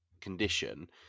condition